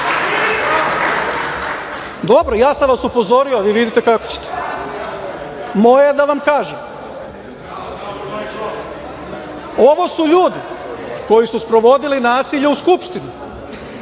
desiti. Dobro, ja sam vas upozorio, vi vidite kako ćete. Moje je da vam kažem. Ovo su ljudi koji su sprovodili nasilje u Skupštini,